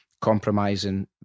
compromising